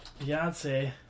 Beyonce